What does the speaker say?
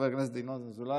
חברת הכנסת עאידה תומא סלימאן,